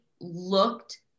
looked